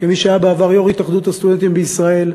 כמי שהיה בעבר יו"ר התאחדות הסטודנטים בישראל,